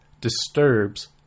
disturbs